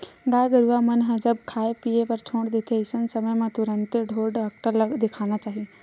गाय गरुवा मन ह जब खाय पीए बर छोड़ देथे अइसन समे म तुरते ढ़ोर डॉक्टर ल देखाना चाही